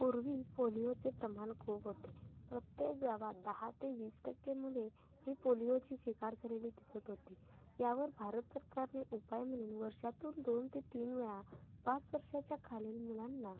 पूर्वी पोलिओचे प्रमाण खूप होते प्रत्येक गावात दहा ते वीस टक्के मुले ही पोलिओची शिकार झालेली दिसत होती यावर भारत सरकारने उपाय म्हणून वर्षातून दोन ते तीन वेळा पाच वर्षाच्या खालीन मुलांना